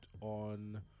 on